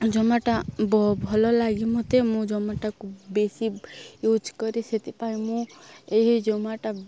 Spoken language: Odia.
ଜୋମାଟୋ ଭଲ ଲାଗେ ମୋତେ ମୋ ଜୋମାଟୋକୁ ବେଶି ୟୁଜ୍ କରେ ସେଥିପାଇଁ ମୁଁ ଏହି ଜୋମାଟୋ